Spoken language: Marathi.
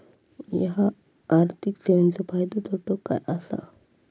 हया आर्थिक सेवेंचो फायदो तोटो काय आसा?